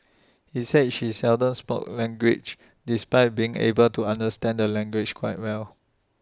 he said she seldom spoke language despite being able to understand the language quite well